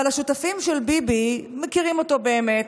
אבל השותפים של ביבי מכירים אותו באמת,